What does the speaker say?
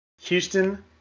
Houston